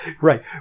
Right